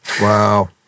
Wow